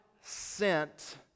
sent